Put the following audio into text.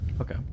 okay